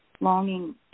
Longing